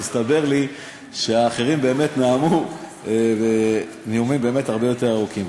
והסתבר לי שהאחרים נאמו נאומים באמת הרבה יותר ארוכים.